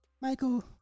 Michael